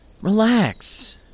relax